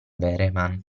vehrehan